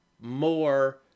more